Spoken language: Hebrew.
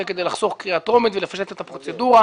הוא כדי לחסוך קריאה טרומית ולפשט את הפרוצדורה.